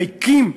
ריקים,